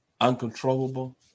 uncontrollable